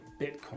Bitcoin